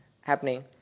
happening